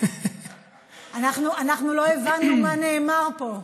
אנחנו לא הבנו מה נאמר פה.